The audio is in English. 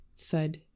thud